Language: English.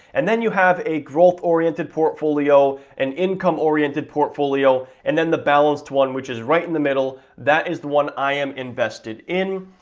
and then you have a growth-oriented portfolio, an income-oriented portfolio, and then the balanced one which is right in the middle. that is the one i am invested in.